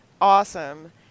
Awesome